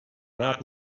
not